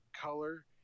color